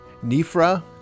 Nifra